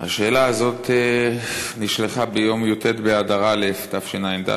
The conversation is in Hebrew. השאלה הזאת נשלחה ביום י"ט באדר א' תשע"ד,